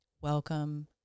Welcome